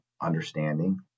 understanding